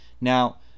Now